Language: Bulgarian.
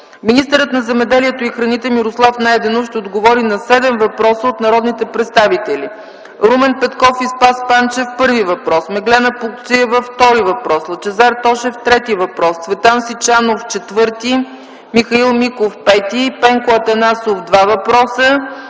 Министърът на земеделието и горите Мирослав Найденов ще отговори на седем въпроса от народните представители Румен Петров и Спас Панчев – първи въпрос, Меглена Плугчиева – втори въпрос, Лъчезар Тошев – трети въпрос, Цветан Сичанов – четвърти въпрос, Михаил Миков – пети въпрос, Пенко Атанасов – два въпроса,